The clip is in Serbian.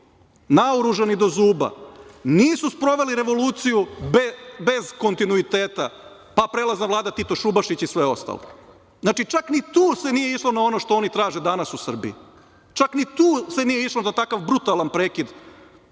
naoružani do zuba, nisu sproveli revoluciju bez kontinuiteta, pa prelazna vlada Tito Šubašić i sve ostalo. Znači, čak ni tu se nije išlo na ono što oni traže danas u Srbiji, čak ni tu se nije išlo da takav brutalan prekid